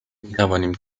میتوانیم